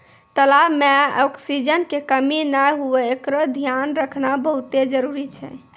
तलाब में ऑक्सीजन के कमी नै हुवे एकरोॅ धियान रखना बहुत्ते जरूरी छै